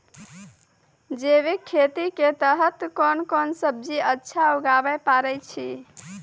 जैविक खेती के तहत कोंन कोंन सब्जी अच्छा उगावय पारे छिय?